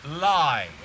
lie